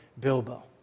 Bilbo